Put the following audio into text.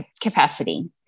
capacity